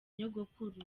nyogokuru